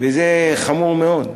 וזה חמור מאוד.